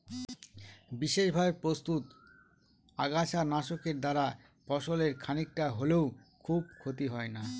বিশেষভাবে প্রস্তুত আগাছা নাশকের দ্বারা ফসলের খানিকটা হলেও খুব ক্ষতি হয় না